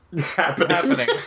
happening